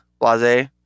blase